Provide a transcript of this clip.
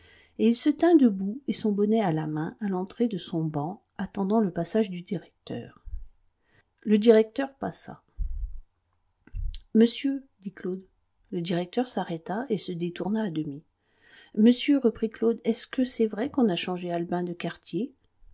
et il se tint debout et son bonnet à la main à l'entrée de son banc attendant le passage du directeur le directeur passa monsieur dit claude le directeur s'arrêta et se détourna à demi monsieur reprit claude est-ce que c'est vrai qu'on a changé albin de quartier